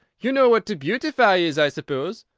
you know what to beautify is, i suppose?